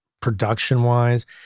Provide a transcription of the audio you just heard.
production-wise